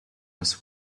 was